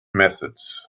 methods